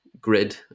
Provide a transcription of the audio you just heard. grid